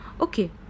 Okay